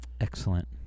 Excellent